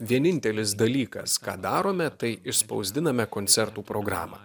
vienintelis dalykas ką darome tai išspausdiname koncertų programą